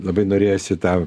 labai norėjosi tą